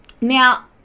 Now